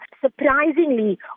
Surprisingly